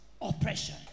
Oppression